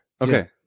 Okay